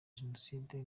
jenoside